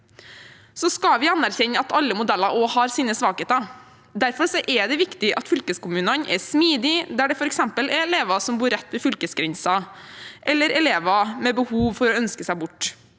Vi skal anerkjenne at alle modeller også har sine svakheter. Derfor er det viktig at fylkeskommunene er smidige der det f.eks. er elever som bor rett ved fylkesgrensen, eller elever med behov for å ønske seg bort.